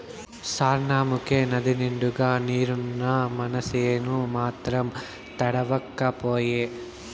సార్నముకే నదినిండుగా నీరున్నా మనసేను మాత్రం తడవక పాయే